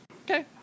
Okay